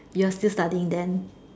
you're still studying then